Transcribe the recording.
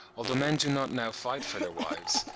although men do not now fight for their wives,